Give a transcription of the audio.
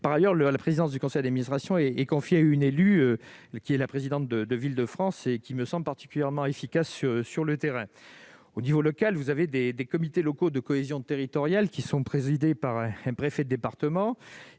Par ailleurs, la présidence du conseil d'administration est confiée à une élue, qui est la présidente de Villes de France et qui me semble particulièrement efficace sur le terrain. Au niveau local, des comités locaux de cohésion territoriale sont présidés par le préfet de département,